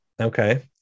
okay